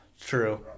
True